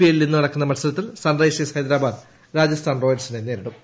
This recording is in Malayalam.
എല്ലിൽ ഇന്ന് നടക്കുന്ന മത്സരത്തിൽ സൺ റൈസേഴ്സ് ഹൈദരാബാദ് രാജസ്ഥാൻ റോയൽസിനെ നേരിടും